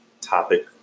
topic